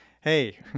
Hey